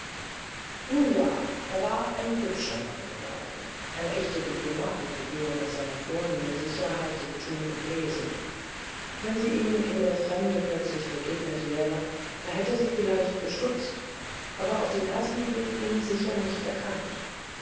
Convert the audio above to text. nun ja er war ein hübscher mann geworden eine rechte diplomatenfigur mit seiner vornehmen sicherheit in thun und wesen wenn sie ihm in der fremde plötzlich begegnet wäre da hätte sie vielleicht gestutzt aber auf den ersten blick ihn sicher nicht erkannt